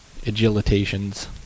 agilitations